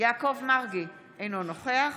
יעקב מרגי, אינו נוכח